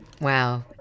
Wow